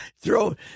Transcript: throw